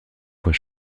voix